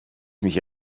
mich